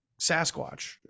Sasquatch